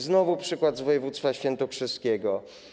Znowu przykład z woj. świętokrzyskiego.